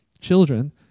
children